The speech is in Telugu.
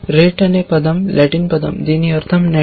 రెట్ అనే పదం లాటిన్ పదం దీని అర్థం నెట్